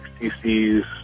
XTC's